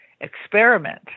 experiment